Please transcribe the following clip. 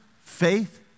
faith